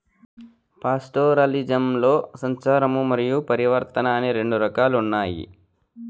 పాస్టోరలిజంలో సంచారము మరియు పరివర్తన అని రెండు రకాలు ఉన్నాయి